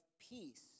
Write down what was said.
peace